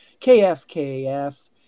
KFKF